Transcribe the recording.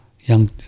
young